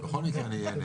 בכל מקרה אני אהיה נגד.